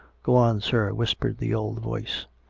go on, sir, whispered the old voice.